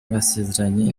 basezeranye